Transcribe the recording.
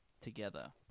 together